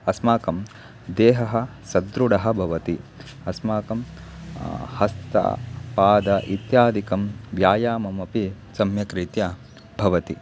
अस्माकं देहः सदृढः भवति अस्माकं हस्तः पादः इत्यादिकं व्यायामम् अपि सम्यक् रीत्या भवति